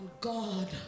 God